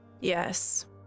Yes